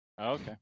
Okay